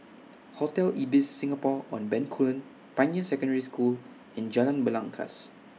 Hotel Ibis Singapore on Bencoolen Pioneer Secondary School and Jalan Belangkas